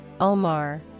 Omar